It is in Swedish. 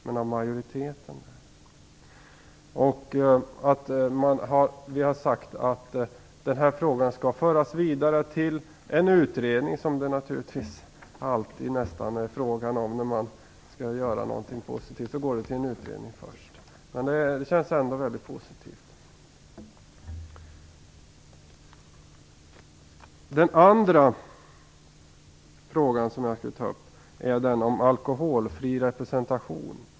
Man har föreslagit att den här frågan skall föras vidare till en utredning, som det nästan alltid blir fråga om när något positivt skall göras. Det känns mycket bra. Den andra frågan som jag skulle vilja ta upp gäller alkoholfri representation.